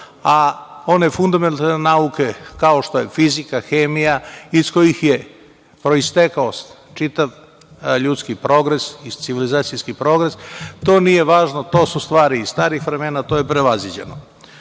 a one fundamentalne nauke, kao što je fizika, hemija, iz kojih je proistekao čitav ljudski progres i civilizacijski progres, to nije važno, to su stvari iz starih vremena, to je prevaziđeno.